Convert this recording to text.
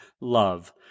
love